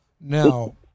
Now